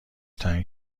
تنگ